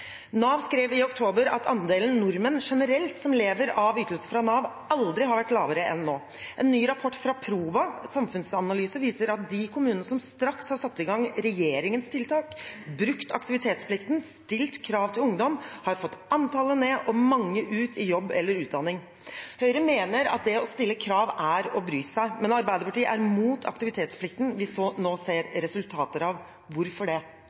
Nav skrev i oktober at andelen nordmenn generelt som lever av ytelser fra Nav, aldri har vært lavere enn nå. En ny rapport fra Proba samfunnsanalyse viser at de kommunene som straks har satt i gang regjeringens tiltak, brukt aktivitetsplikten og stilt krav til ungdom, har fått antallet ned og mange ut i jobb eller utdanning. Høyre mener at det å stille krav er å bry seg, men Arbeiderpartiet er mot aktivitetsplikten vi nå ser resultater av. Hvorfor det?